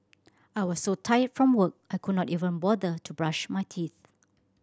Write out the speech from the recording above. I was so tired from work I could not even bother to brush my teeth